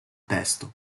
testo